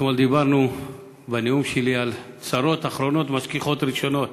אתמול דיברתי בנאום שלי על "צרות אחרונות משכיחות ראשונות".